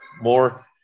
more